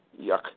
Yuck